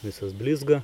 visas blizga